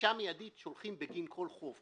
דרישה מידית שולחים בגין כל חוב.